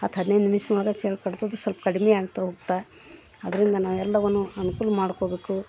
ಹತ್ತು ಹದಿನೈದು ನಿಮಿಷದೊಳಗೆ ಚೇಳು ಕಡ್ದದ್ದು ಸ್ವಲ್ಪ್ ಕಡ್ಮೆ ಆಗ್ತಾ ಹೋಗ್ತಾ ಅದರಿಂದ ನಾವೆಲ್ಲವನ್ನೂ ಅನ್ಕೂಲ ಮಾಡ್ಕೋಬೇಕು